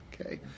Okay